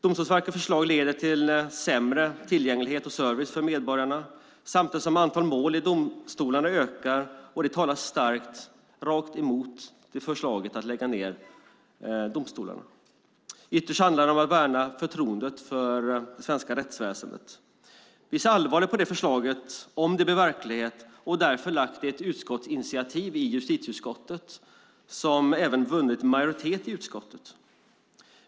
Domstolsverkets förslag leder till sämre tillgänglighet och service för medborgarna samtidigt som antalet mål i domstolarna ökar, vilket starkt talar emot förslaget om nedläggningen av domstolar. Ytterst handlar det om att värna förtroendet för det svenska rättsväsendet. Vi ser allvarligt på om förslaget blir verklighet och har därför lagt fram ett förslag till ett utskottsinitiativ i justitieutskottet som vunnit majoritet i utskottet.